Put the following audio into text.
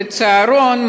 צהרון,